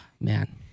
Man